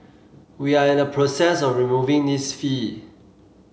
we are in the process of removing this fee